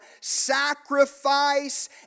sacrifice